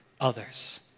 others